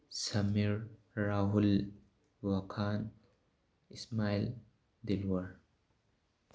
ꯁꯃꯤꯔ ꯔꯥꯍꯨꯜ ꯋꯥꯈꯥꯟ ꯏꯁꯃꯥꯏꯜ ꯗꯤꯜꯋꯔ